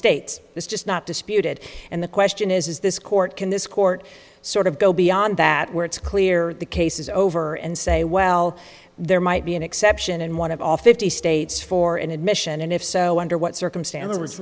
is just not disputed and the question is is this court can this court sort of go beyond that where it's clear the case is over and say well there might be an exception in one of off fifty states for an admission and if so under what circumstances